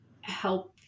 help